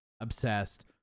obsessed